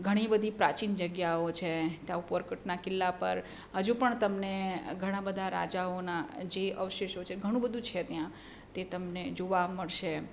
ઘણી બધી પ્રાચીન જગ્યાઓ છે ત્યાં ઉપર કોટના કિલ્લા પર હજુ પણ તમને ઘણા બધા રાજાઓના જે અવશેશો છે ઘણું બધું છે ત્યાં તે તમને જોવા મળશે એમ